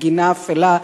בגינה אפלה,